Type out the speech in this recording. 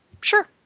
Sure